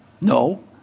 No